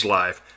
life